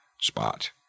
spot